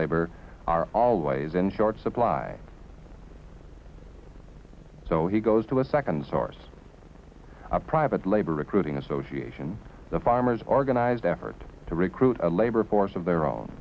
better are always in short supply so he goes to a second source a private labor recruiting association the farmers organized effort to recruit a labor force of their own